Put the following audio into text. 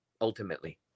ultimately